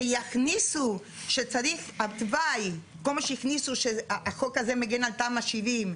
שיכניסו שצריך התוואי כל מה שהכניסו שהחוק הזה מגן על תמ"א 70,